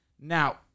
Now